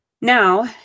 Now